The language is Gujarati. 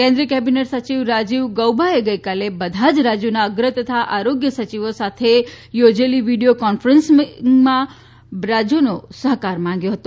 કેન્દ્રિય કેબીનેટ સચિવ રાજીવ ગૌબાએ ગઇકાલે બધા જ રાજ્યોના અગ્ર તથા આરોગ્ય સચિવો સાથે યાજાયેલી વિડિયો કોન્ફરન્સમાં રાજ્યોનો સહકાર માગ્યો હતો